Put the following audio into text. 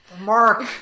Mark